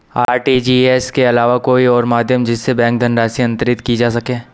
RTGS के अलावा कोई और माध्यम जिससे बैंक धनराशि अंतरित की जा सके?